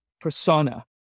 persona